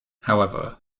however